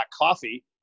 Coffee